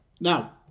Now